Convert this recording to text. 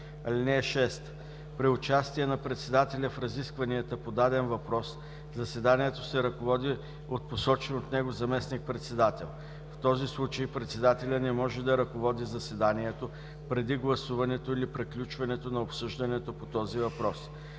(6) При участие на председателя в разискванията по даден въпрос заседанието се ръководи от посочен от него заместник-председател. В този случай председателят не може да ръководи заседанието преди гласуването или приключването на обсъждането по този въпрос.